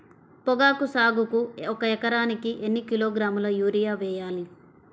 పొగాకు సాగుకు ఒక ఎకరానికి ఎన్ని కిలోగ్రాముల యూరియా వేయాలి?